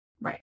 Right